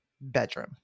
bedroom